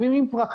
יושבים עם פרחים,